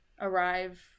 arrive